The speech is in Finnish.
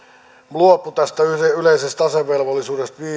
luopui tästä yleisestä asevelvollisuudesta